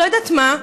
לא יודעת מה.